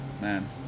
Man